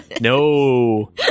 No